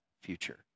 future